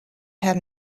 had